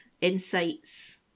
insights